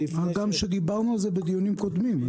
דיברנו על זה בדיונים קודמים.